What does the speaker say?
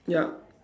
yup